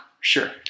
sure